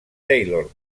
taylor